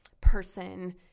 person